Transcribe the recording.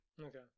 okay